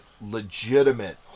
legitimate